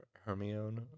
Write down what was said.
Hermione